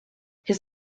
his